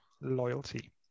Loyalty